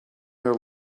their